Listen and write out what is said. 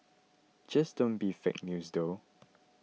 just don't be fake news though